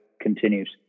continues